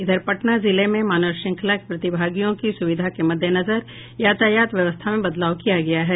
इधर पटना जिले में मानव श्रृंखला के प्रतिभागियों की सुविधा के मद्देनजर यातायात व्यवस्था में बदलाव किया गया है